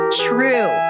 true